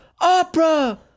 opera